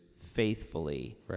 faithfully